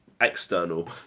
external